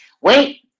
Wait